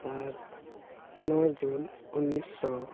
ᱟᱨ ᱱᱚ ᱡᱩᱱ ᱩᱱᱤᱥᱥᱚ